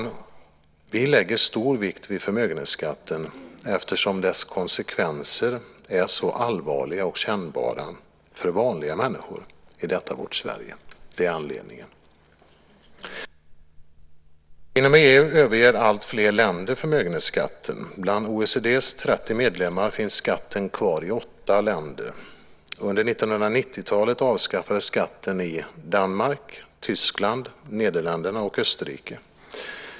Vi lägger stor vikt vid förmögenhetsskatten därför att dess konsekvenser är så allvarliga och kännbara för vanliga människor i detta vårt Sverige. Det är anledningen. Inom EU överger alltfler länder förmögenhetsskatten. Bland OECD:s 30 medlemmar finns skatten kvar i 8 länder. Under 1990-talet avskaffades skatten i Danmark, Tyskland, Nederländerna och Österrike.